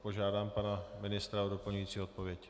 Požádám pana ministra o doplňující odpověď.